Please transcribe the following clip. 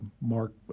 mark